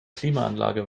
klimaanlage